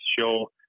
show